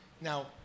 Now